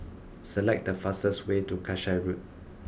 select the fastest way to Kasai Road